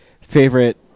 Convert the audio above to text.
favorite